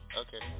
okay